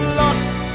lost